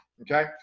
okay